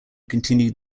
continued